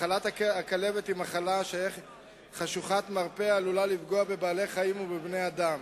מחלת הכלבת היא מחלה חשוכת מרפא העלולה לפגוע בבעלי-חיים ובבני-אדם.